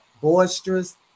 boisterous